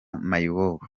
mayibobo